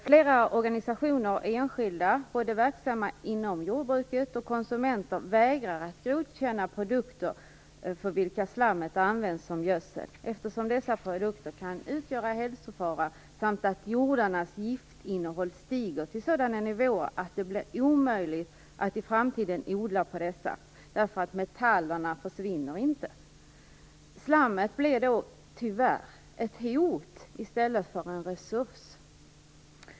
Flera organisationer och enskilda verksamma inom jordbruket och konsumenter vägrar att godkänna produkter för vilka slammet använts som gödsel, eftersom dessa produkter kan utgöra hälsofara. Jordarnas giftinnehåll stiger till sådana nivåer att det blir omöjligt att odla på dessa därför att metallerna ju inte försvinner. Slammet blir tyvärr ett hot i stället för en resurs.